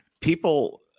people